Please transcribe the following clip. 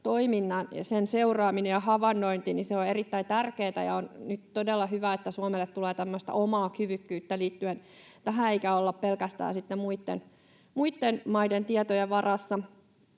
avaruustoiminnan ja sen seuraaminen ja havainnointi on erittäin tärkeätä, ja on nyt todella hyvä, että Suomelle tulee tämmöistä omaa kyvykkyyttä liittyen tähän, eikä olla pelkästään sitten muitten maiden tietojen varassa.